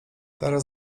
teraz